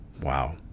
Wow